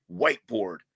whiteboard